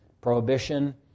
prohibition